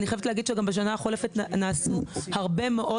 אני גם חייבת להגיד שבשנה החולפת נעשו הרבה מאוד